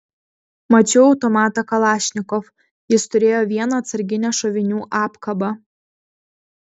mačiau automatą kalašnikov jis turėjo vieną atsarginę šovinių apkabą